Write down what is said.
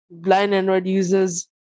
blindandroidusers